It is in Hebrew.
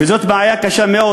וזו בעיה קשה מאוד.